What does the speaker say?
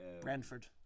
Brentford